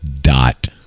dot